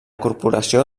corporació